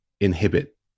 inhibit